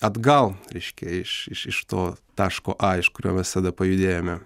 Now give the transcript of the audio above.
atgal reiškia iš iš iš to taško a iš kurio visada pajudėjome